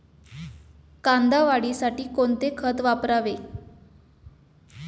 कांदा वाढीसाठी कोणते खत वापरावे?